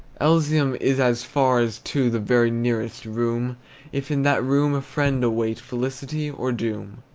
elysium is as far as to the very nearest room, if in that room a friend await felicity or doom.